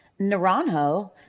Naranjo